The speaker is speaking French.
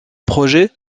projet